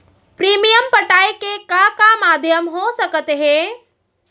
Premium पटाय के का का माधयम हो सकत हे?